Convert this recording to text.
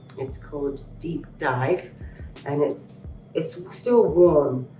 it's called deep dive and it's it's still warm.